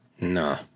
Nah